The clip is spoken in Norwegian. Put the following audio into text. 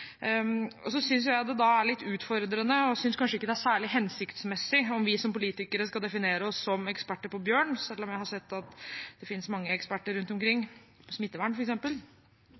jeg det er litt utfordrende, og kanskje ikke særlig hensiktsmessig, om vi som politikere skal definere oss som eksperter på bjørn, selv om jeg har sett at det finnes mange eksperter rundt omkring – på smittevern,